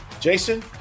Jason